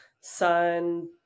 sun